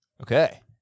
Okay